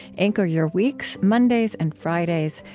anchor your weeks, mondays and fridays,